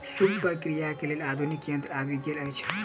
सूप प्रक्रियाक लेल आधुनिक यंत्र आबि गेल अछि